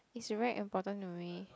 is very important to me